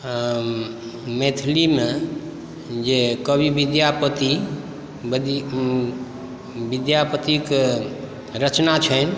मैथिलीमे जे कवि विद्यापति विद्यापतिक रचना छनि